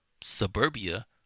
suburbia